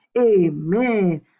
Amen